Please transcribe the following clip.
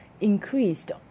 increased